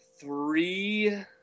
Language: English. three